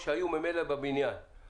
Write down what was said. שהיו ממילא היום בבניין, נכנסו.